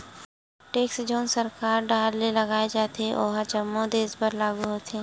tax जउन सरकार डाहर ले लगाय जाथे ओहा जम्मो देस बर लागू होथे